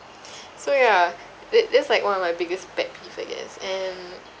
so yeah that that's like one of my biggest pet peeve I guess and